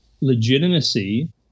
legitimacy